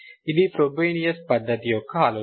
ఇది ఫ్రోబెనియస్ పద్ధతి యొక్క ఆలోచన